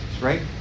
right